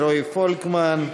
רועי פולקמן?